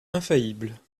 infaillible